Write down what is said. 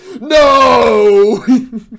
No